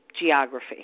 geography